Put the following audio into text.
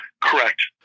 Correct